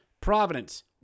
Providence